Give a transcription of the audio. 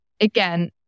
again